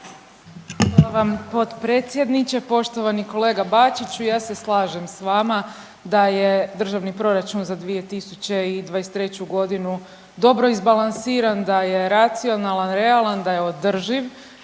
Hvala vam potpredsjedniče. Poštovani kolega Bačiću, ja se slažem s vama da je državni proračun za 2023.g. dobro izbalansiran, da je racionalna, realan, da je održiv